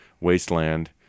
wasteland